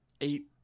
eight